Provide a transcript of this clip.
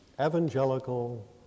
Evangelical